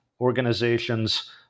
organizations